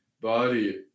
body